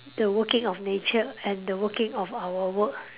the working of nature and the working of our work